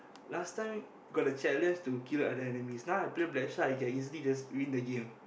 last time got the challenge to kill the enemies now I play Blackshot I can easily just win the game